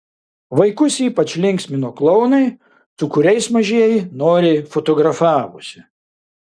vaikus ypač linksmino klounai su kuriais mažieji noriai fotografavosi